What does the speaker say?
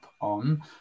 on